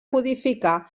codificar